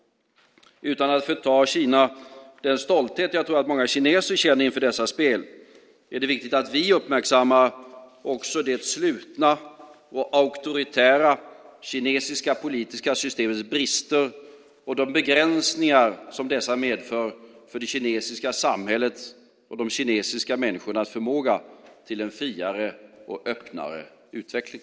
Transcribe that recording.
Utan att förta den stolthet jag tror att många kineser känner inför dessa spel är det viktigt att vi uppmärksammar också det slutna och auktoritära kinesiska politiska systemets brister och de begränsningar som dessa medför för det kinesiska samhällets och de kinesiska människornas förmåga till en friare och öppnare utveckling.